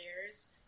layers